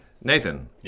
Nathan